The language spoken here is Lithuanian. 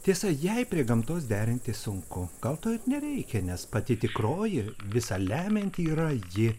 tiesa jai prie gamtos derinti sunku gal to ir nereikia nes pati tikroji visa lemianti yra ji